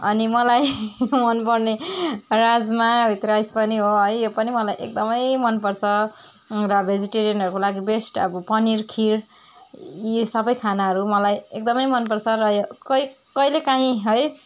अनि मलाई मनपर्ने राजमा विथ राइस पनि हो है यो पनि मलाई एकदमै मनपर्छ र भेजिटेरियनहरूको लागि बेस्ट अब पनिर खिर यी सबै खानाहरू मलाई एकदमै मनपर्छ र यो कै कहिलेकाहीँ है